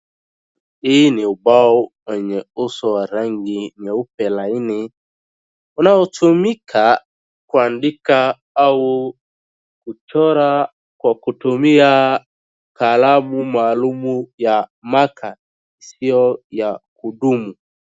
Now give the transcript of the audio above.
Hii ni ubao wenye uso wa rangi nyeupe laini unaotumika kuandika au kuchora kwa kutumia kalamu maalum ya maka isiyo ya kudumu.